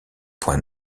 point